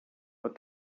but